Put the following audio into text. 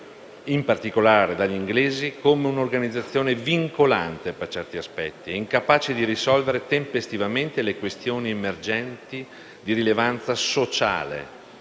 in particolare dai britannici, come un'organizzazione vincolante per certi aspetti e incapace di risolvere tempestivamente le questioni emergenti di rilevanza sociale